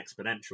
exponential